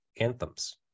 anthems